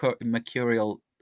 mercurial